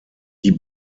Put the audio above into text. die